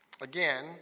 Again